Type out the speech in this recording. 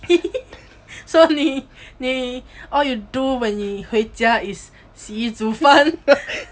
so 你你 all you do when 你回家 is 洗衣煮饭